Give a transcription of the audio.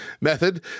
method